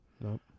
No